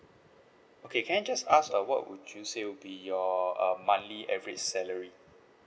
okay can I just ask uh what would you say would be your uh monthly average salary